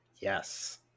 Yes